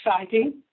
exciting